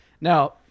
Now